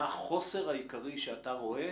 מה חוסר העיקרי שאתה רואה